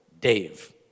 Dave